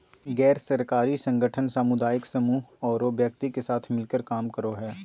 गैर सरकारी संगठन सामुदायिक समूह औरो व्यक्ति के साथ मिलकर काम करो हइ